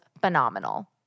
phenomenal